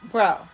Bro